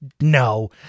no